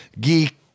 geek